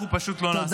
אנחנו פשוט לא נעשה.